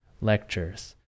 lectures